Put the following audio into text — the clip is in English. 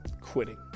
quitting